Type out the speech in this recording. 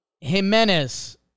Jimenez